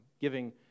giving